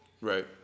Right